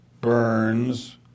Burns